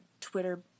Twitter